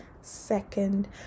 second